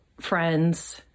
friends